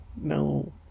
no